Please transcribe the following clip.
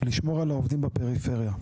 לשמור על העובדים בפריפריה.